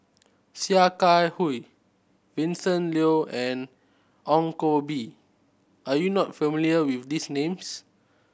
Sia Kah Hui Vincent Leow and Ong Koh Bee are you not familiar with these names